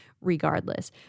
regardless